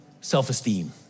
self-esteem